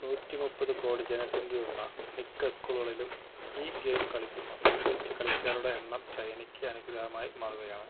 നൂറ്റി മുപ്പത് കോടി ജനസംഖ്യയുള്ള മിക്ക സ്കൂളുകളിലും ഈ ഗെയിം കളിക്കുന്നു മികച്ച കളിക്കാരുടെ എണ്ണം ചൈനയ്ക്ക് അനുഗ്രഹമായി മാറുകയാണ്